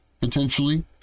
potentially